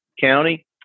county